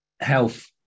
health